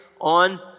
on